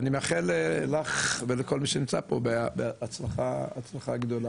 אני מאחל לך ולכל מי שנמצא פה בהצלחה גדולה.